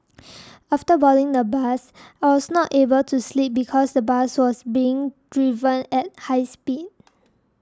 after boarding the bus I was not able to sleep because the bus was being driven at high speed